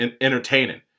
entertaining